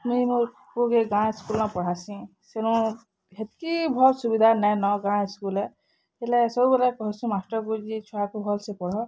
ମୁଇଁ ମୋର୍ ପୁଅକୁ ଗାଁ ସ୍କୁଲ୍ ମେ ପଢ଼ାସି ସେନୁ ହେତ୍କି ଭଲ ସୁବିଧା ନାଇଁନ ଗାଁ ସ୍କୁଲ୍ରେ ହେଲେ ସବୁବେଲେ କହିଁସି ମାଷ୍ଟର୍ କହୁଛି ଯେ ଛୁଆକୁ ଭଲ ସେ ପଢ୍